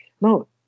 no